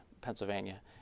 Pennsylvania